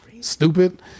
Stupid